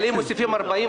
אבל אם מוסיפים לי 40,